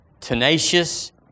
tenacious